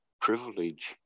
privilege